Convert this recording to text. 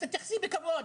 אז תתייחסי בכבוד.